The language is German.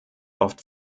oft